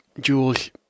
Jules